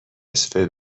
نصفه